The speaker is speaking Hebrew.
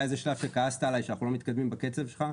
היה איזה שלב שכעסת עלי שאנחנו לא מתקדמים בקצב שלך.